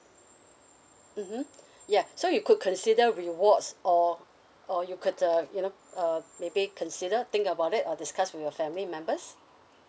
mmhmm yeah so you could consider rewards or or you could uh you know uh maybe consider think about it or discuss with your family members